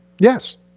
Yes